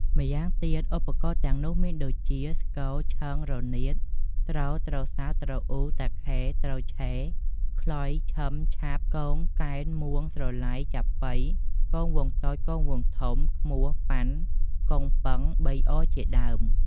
ម្យ៉ាងទៀតឧបករណ៏ទាំងនោះមានដូចជា ស្គរ ឈឹង រនាត ទ្រ ទ្រសោ ទ្រអ៊ូ តាខេ ទ្រឆេ ខ្លុយ ឃឹម ឆាប គង គែន មួង ស្រឡៃ ចាប៉ី គងវង្សតូច គងវង្សធំ ឃ្មោះ ប៉ាន់ កុងប៉ឹង ប៉ីអជាដើម។